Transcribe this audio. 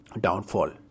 downfall